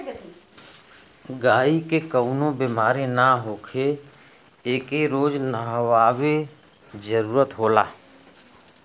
गायी के कवनो बेमारी ना होखे एके रोज नहवावे जरुरत होला